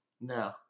No